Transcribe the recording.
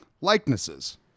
likenesses